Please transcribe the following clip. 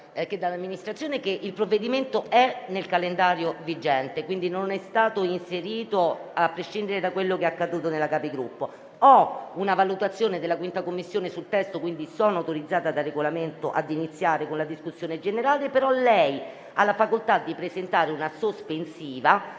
che dall'Amministrazione, che il provvedimento è nel calendario vigente e quindi non è stato inserito successivamente, a prescindere da quello che è accaduto nella Capigruppo. Ho una valutazione della 5a Commissione sul testo e quindi sono autorizzata dal Regolamento ad aprire la discussione generale. Lei ha però la facoltà di presentare una questione